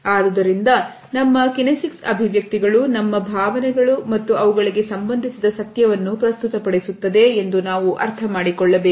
ಆದುದರಿಂದ ನಮ್ಮ ಕಿನೆಸಿಕ್ಸ್ ಅಭಿವ್ಯಕ್ತಿಗಳು ನಮ್ಮ ಭಾವನೆಗಳು ಮತ್ತು ಅವುಗಳಿಗೆ ಸಂಬಂಧಿಸಿದ ಸತ್ಯವನ್ನು ಪ್ರಸ್ತುತಪಡಿಸುತ್ತದೆ ಎಂದು ನಾವು ಅರ್ಥ ಮಾಡಿಕೊಳ್ಳಬೇಕು